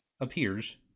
appears